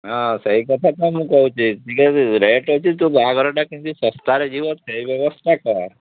ହଁ ସେହି କଥାତ ମୁଁ କହୁଛି ଟିକିଏ ରେଟ୍ ଅଛି ତୁ ବାହାଘରଟା କେମିତି ଶସ୍ତାରେ ଯିବ ସେହି ବ୍ୟବସ୍ଥା କର